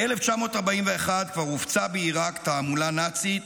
ב-1941 כבר הופצה בעיראק תעמולה נאצית,